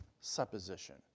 supposition